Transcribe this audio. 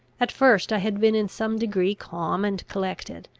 at first i had been in some degree calm and collected,